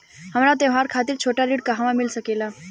हमरा त्योहार खातिर छोटा ऋण कहवा मिल सकेला?